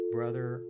Brother